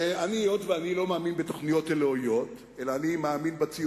היות שאני לא מאמין בתוכניות אלוהיות,